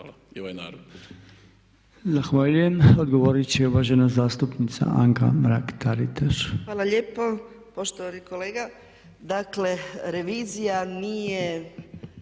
toga i ovaj narod.